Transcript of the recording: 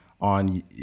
on